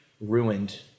ruined